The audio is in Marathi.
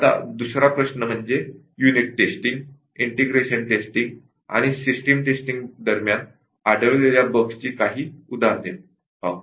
आता युनिट टेस्टिंग ईंटेग्रेशन टेस्टिंग आणि सिस्टम टेस्टिंग दरम्यान आढळलेल्या बग्सची काही उदाहरणे पाहू